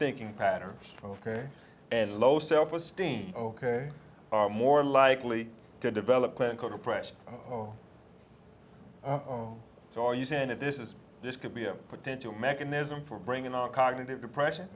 thinking patterns ok and low self esteem ok are more likely to develop clinical depression oh oh so are you saying that this is this could be pertained to mechanism for bringing all cognitive depression